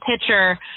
pitcher